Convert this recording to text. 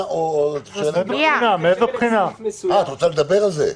את רוצה לדבר על זה?